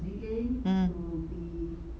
mm